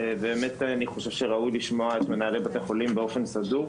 אני חושב שראוי לשמוע את מנהלי בתי החולים באופן סדור.